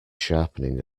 sharpening